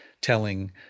telling